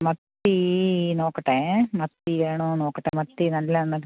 മത്തി നോക്കട്ടെ മത്തി വേണോ എന്ന് നോക്കട്ടെ മത്തി നല്ലതാണോ എന്ന്